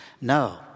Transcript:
No